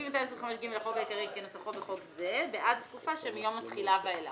לפי 225(ג) לחוק העיקרי כנוסחו בחוק זה בעד התקופה שמיום התחילה ואילך.